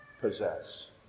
possess